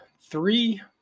three